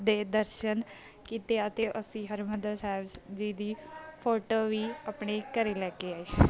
ਦੇ ਦਰਸ਼ਨ ਕੀਤੇ ਅਤੇ ਅਸੀਂ ਹਰਿਮੰਦਰ ਸਾਹਿਬ ਜੀ ਦੀ ਫੋਟੋ ਵੀ ਆਪਣੇ ਘਰ ਲੈ ਕੇ ਆਏ